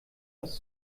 was